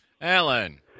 Alan